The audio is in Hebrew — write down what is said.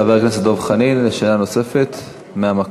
חבר הכנסת דב חנין, שאלה נוספת מהמקום.